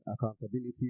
accountability